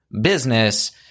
business